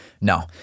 No